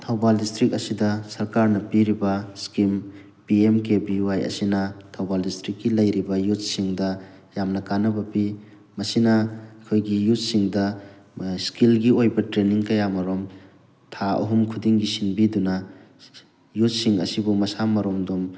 Thoubal district ꯑꯁꯤꯗ ꯁꯔꯀꯥꯔꯅ ꯄꯤꯔꯤꯕ scheme P M K V Y ꯑꯁꯤꯅ ꯊꯧꯕꯥꯜ ꯗꯤꯁꯇ꯭ꯔꯤꯛꯀꯤ ꯂꯩꯔꯤꯕ ꯌꯨꯠꯁꯤꯡꯗ ꯌꯥꯝꯅ ꯀꯥꯟꯅꯕ ꯄꯤ ꯃꯁꯤꯅ ꯑꯩꯈꯣꯏꯒꯤ ꯌꯨꯠꯁꯤꯡꯗ ꯏꯁꯀꯤꯜꯒꯤ ꯑꯣꯏꯕ ꯇ꯭ꯔꯦꯟꯅꯤꯡ ꯃꯌꯥꯃꯔꯨꯝ ꯊꯥ ꯑꯍꯨꯝ ꯈꯨꯗꯤꯡꯒꯤ ꯁꯤꯟꯕꯤꯗꯨꯅ ꯌꯨꯠꯁꯤꯡ ꯑꯁꯤꯕꯨ ꯃꯁꯥ ꯃꯔꯣꯝꯗꯣꯝ